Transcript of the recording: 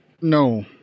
No